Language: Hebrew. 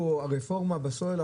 הרפורמה,